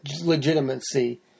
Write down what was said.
legitimacy